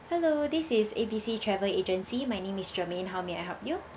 hello this is A B C travel agency my name is germaine how may I help you